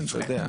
אני צוחק.